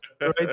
right